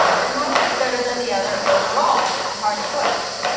but neither is better than the other overall, a hard choice.